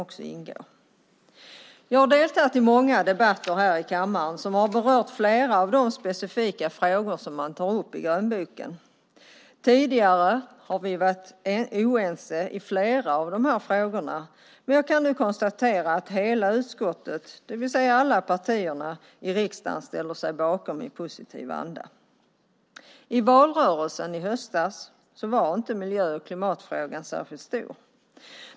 Jag har deltagit i många debatter i kammaren som berört flera av de specifika frågor som tas upp i grönboken. Tidigare har vi varit oense i flera av dessa frågor, men jag kan nu konstatera att hela utskottet, det vill säga alla partier i riksdagen, ställer sig bakom dem i positiv anda. I valrörelsen i höstas var miljö och klimatfrågan inte särskilt stor.